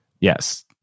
Yes